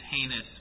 heinous